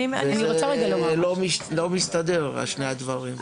זה לא מסתדר, שני הדברים.